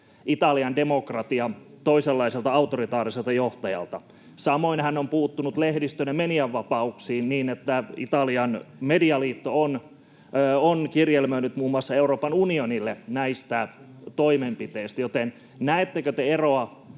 Italian demokratia toisenlaiselta, autoritaariselta, johtajalta. Samoin hän on puuttunut lehdistön ja median vapauksiin niin, että Italian medialiitto on kirjelmöinyt muun muassa Euroopan unionille näistä toimenpiteistä. Joten näettekö te eroa